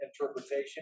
interpretation